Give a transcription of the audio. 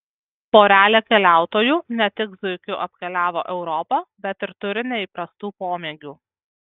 porelė keliautojų ne tik zuikiu apkeliavo europą bet ir turi neįprastų pomėgių